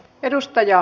edustaja